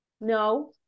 No